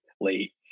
late